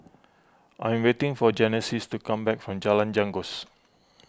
I am waiting for Genesis to come back from Jalan Janggus